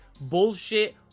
bullshit